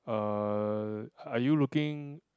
uh are you looking